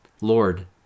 Lord